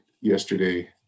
yesterday